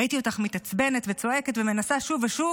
ראיתי אותך מתעצבנת וצועקת ומנסה שוב ושוב,